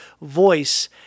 voice